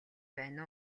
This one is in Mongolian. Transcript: байна